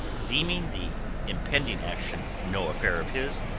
deeming the impending action no affair of his,